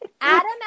Adam